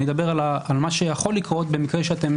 אני אדבר על מה שיכול לקרות במקרה שאתם